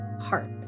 heart